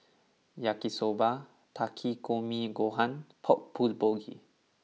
Yaki Soba Takikomi Gohan Pork Bulgogi